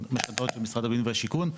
משכנתאות במשרד הבינוי והשיכון,